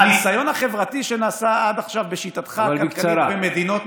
הניסיון החברתי שנעשה עד עכשיו בשיטתך הכלכלית,